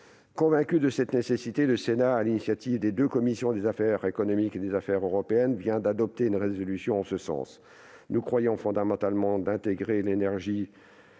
Convaincu de cette nécessité, le Sénat, sur l'initiative des commissions des affaires économiques et des affaires européennes, vient d'adopter une résolution en ce sens. Nous croyons qu'il est fondamental d'intégrer l'énergie